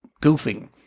goofing